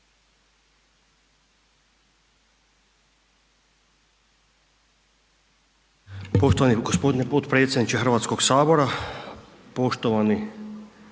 poštovani podpredsjedniče Hrvatskog sabora, poštovane